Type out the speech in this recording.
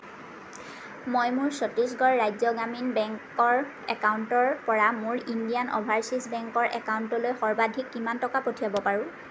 মই মোৰ ছত্তীশগড় ৰাজ্য গ্ৰামীণ বেংকৰ একাউণ্টৰ পৰা মোৰ ইণ্ডিয়ান অ'ভাৰচীজ বেংকৰ একাউণ্টলৈ সৰ্বাধিক কিমান টকা পঠিয়াব পাৰোঁ